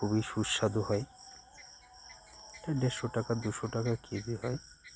খুবই সুস্বাদু হয় তা দেড়শো টাকা দুশো টাকা কেজি হয়